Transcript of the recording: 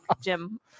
Jim